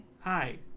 Hi